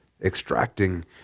extracting